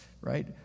Right